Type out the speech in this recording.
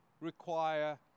require